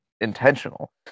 intentional